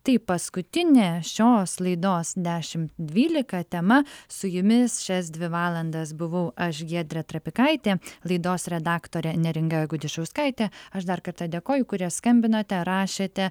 tai paskutinė šios laidos dešimt dvylika tema su jumis šias dvi valandas buvau aš giedrė trapikaitė laidos redaktorė neringa gudišauskaitė aš dar kartą dėkoju kurie skambinote rašėte